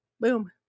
boom